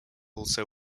also